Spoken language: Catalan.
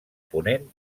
ponent